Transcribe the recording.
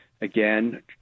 Again